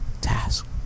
task